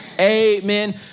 Amen